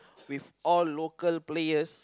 with all local players